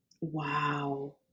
Wow